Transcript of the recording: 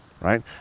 Right